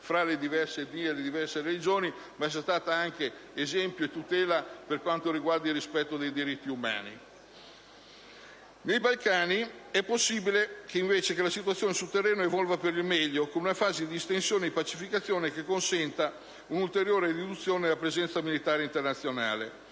fra le diverse etnie e religioni, ma è stata anche di esempio e tutela per il rispetto dei diritti umani. Nei Balcani è invece possibile che la situazione sul terreno evolva per il meglio, con una fase di distensione e di pacificazione che consenta un'ulteriore riduzione della presenza militare internazionale.